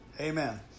Amen